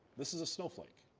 this is a snow flake.